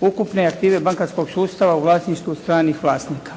ukupne aktive bankarskog sustava u vlasništvu stranih vlasnika.